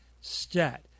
Stat